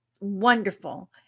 wonderful